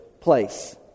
place